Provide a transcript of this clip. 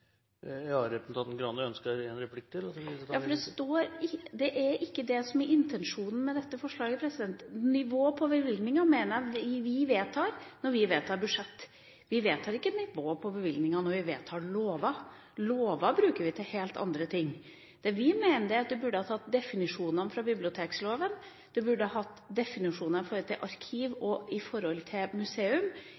for politisk diskusjon. Det er ikke det som er intensjonen med dette forslaget. Nivået på bevilgningene mener jeg vi vedtar når vi vedtar budsjett. Vi vedtar ikke et nivå på bevilgningene når vi vedtar lover. Lover bruker vi til helt andre ting. Det vi mener, er at en burde tatt definisjonene fra bibliotekloven, en burde tatt definisjoner når det gjelder arkiv